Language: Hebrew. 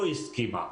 המדינה לא הסכימה.